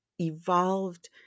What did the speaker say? evolved